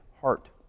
heart